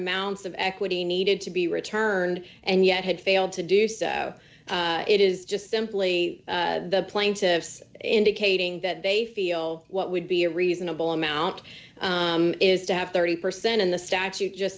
amounts of equity needed to be returned and yet had failed to do so it is just simply the plaintiffs indicating that they feel what would be a reasonable amount is to have thirty percent in the statute just